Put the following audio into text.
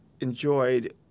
enjoyed